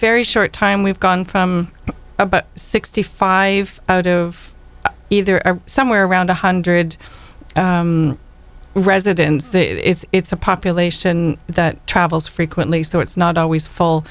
very short time we've gone from about sixty five out of either somewhere around one hundred residents that it's a population that travels frequently so it's not always full